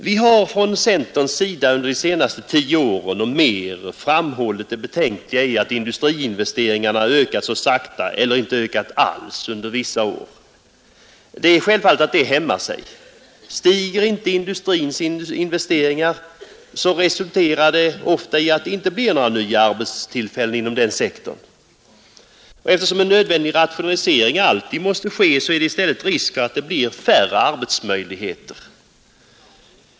Under de senaste tio åren har vi från centerns sida framhållit det betänkliga i att industriinvesteringarna har ökat så sakta eller inte ökat alls under vissa år. Detta hämmar sig självfallet. Stiger inte industrins investeringar, så resulterar det ofta i att det inte blir några nya arbetstillfällen inom denna sektor. Eftersom en nödvändig rationalisering alltid måste ske, är det i stället risk för att det blir färre arbetsmöjligheter.